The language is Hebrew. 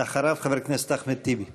אחריו, חבר הכנסת אחמד טיבי.